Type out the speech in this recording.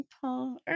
Paul